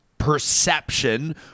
perception